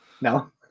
No